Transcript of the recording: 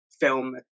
film